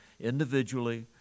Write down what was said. individually